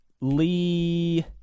Lee